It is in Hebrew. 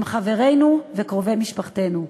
הם חברינו וקרובי משפחתנו.